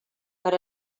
per